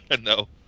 No